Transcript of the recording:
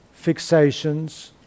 fixations